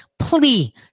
plea